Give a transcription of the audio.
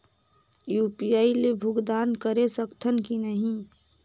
UPI ले भुगतान करे सकथन कि नहीं?